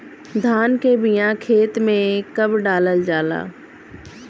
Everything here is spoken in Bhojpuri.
धान के बिया खेत में कब डालल जाला?